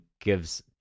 gives